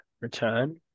return